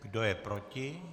Kdo je proti?